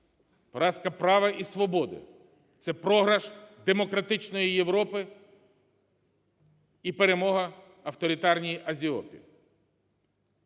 поразка права і свободи, це програш демократичної Європи і перемога авторитарної Азіопи.